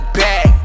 back